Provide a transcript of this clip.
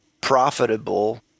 profitable